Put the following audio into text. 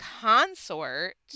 consort